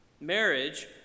Marriage